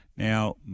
Now